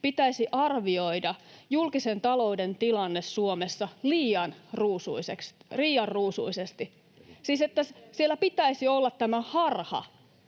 pitäisi arvioida julkisen talouden tilanne Suomessa liian ruusuisesti? Siis niin, että siellä pitäisi olla tämä harha,